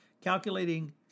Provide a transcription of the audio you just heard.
Calculating